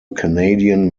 canadian